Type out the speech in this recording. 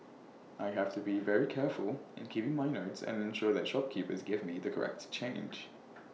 I have to be very careful in keeping my notes and ensure that shopkeepers give me the correct change